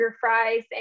fries